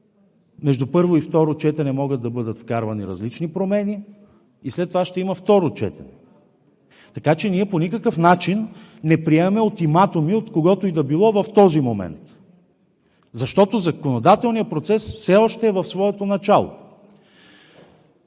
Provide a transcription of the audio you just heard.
между първо и второ четене могат да бъдат вкарвани различни промени и след това ще има второ четене. Така че ние по никакъв начин не приемаме ултиматуми от когото и да било в този момент, защото законодателният процес все още е в своето начало.